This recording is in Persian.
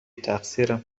تقصیرم